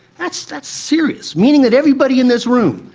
that's that's serious. meaning that everybody in this room,